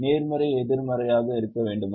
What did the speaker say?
நேர்மறை எதிர்மறையாக இருக்க வேண்டுமா